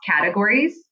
categories